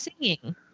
singing